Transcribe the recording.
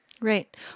right